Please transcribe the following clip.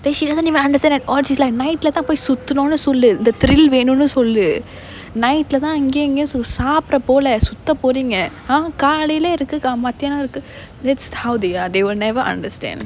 then she doesn't even understand it or dislike night lah தான் போய் சுத்தனுன்னு சொல்லு இந்த:thaan poi suthanunu sollu intha thrill வேணுன்னு சொல்லு:venunu sollu night lah தான் இங்க அங்கேயும் சாப்ட போல சுத்த போரீங்க காலைல இருக்கு மதியம் இருக்கு:thaan inga angeyum saapda pola sutha pora that's how they ah they will never understand